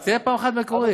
רק תהיה פעם אחת מקורי.